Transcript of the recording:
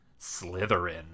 Slytherin